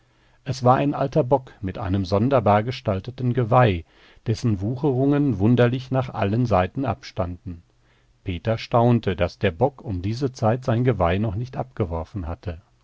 es war ein alter bock mit einem sonderbar gestalteten geweih dessen wucherungen wunderlich nach allen seiten abstanden peter staunte daß der bock um diese zeit sein geweih noch nicht abgeworfen hatte